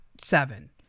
seven